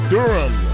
Durham